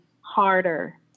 harder